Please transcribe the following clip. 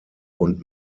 und